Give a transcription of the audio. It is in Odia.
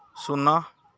ଶୂନ